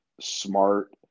smart